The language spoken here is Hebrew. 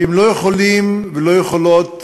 הם לא יכולים ולא יכולות